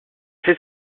fait